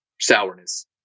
sourness